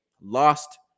lost